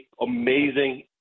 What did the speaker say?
amazing